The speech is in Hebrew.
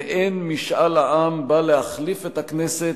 ואין משאל העם בא כדי להחליף את הכנסת